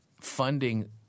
funding